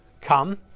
come